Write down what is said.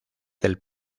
del